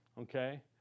Okay